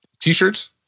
t-shirts